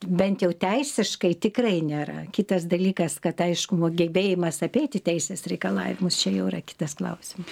bent jau teisiškai tikrai nėra kitas dalykas kad aišku gebėjimas apeiti teisės reikalavimus čia jau yra kitas klausima